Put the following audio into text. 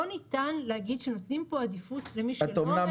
לא ניתן להגיד שנותנים פה עדיפות למישהו.